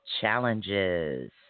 challenges